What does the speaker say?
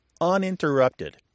uninterrupted